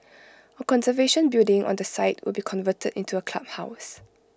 A conservation building on the site will be converted into A clubhouse